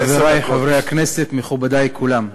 חברי חברי הכנסת, מכובדי כולם,